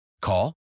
Call